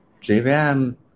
JVM